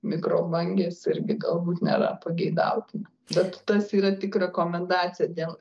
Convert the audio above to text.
mikrobangės irgi galbūt nėra pageidautina bet tas yra tik rekomendacija dėl